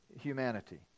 humanity